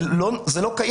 זה לא קיים.